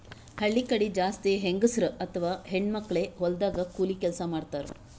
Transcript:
ಹಳ್ಳಿ ಕಡಿ ಜಾಸ್ತಿ ಹೆಂಗಸರ್ ಅಥವಾ ಹೆಣ್ಣ್ ಮಕ್ಕಳೇ ಹೊಲದಾಗ್ ಕೂಲಿ ಕೆಲ್ಸ್ ಮಾಡ್ತಾರ್